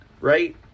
right